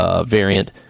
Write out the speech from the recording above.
variant